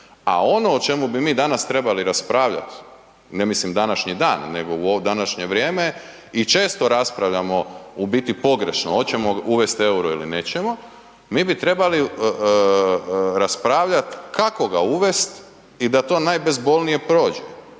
a ono o čemu bi mi danas trebali raspravljat, ne mislim današnji dan nego u današnje vrijeme i često raspravljamo u biti pogrešno, oćemo uvest EUR-o ili nećemo, mi bi trebali raspravljat kako ga uvest i da to najbezbolnije prođe